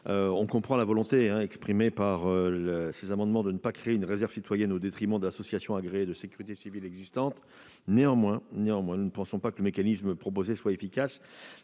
comprenons la volonté de ne pas créer une réserve citoyenne au détriment des associations agréées de sécurité civile existantes. Néanmoins, nous ne pensons pas que le mécanisme proposé soit efficace,